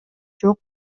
жок